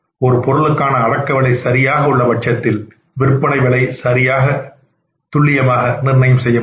ஒரு பொருளுக்கான அடக்கவிலை கணக்கீடு சரியாக உள்ள பட்சத்தில் விற்பனை விலை சரியானதாக நிர்ணயம் செய்ய முடியும்